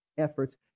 Efforts